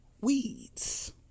weeds